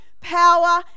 power